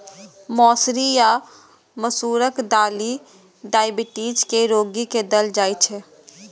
मौसरी या मसूरक दालि डाइबिटीज के रोगी के देल जाइ छै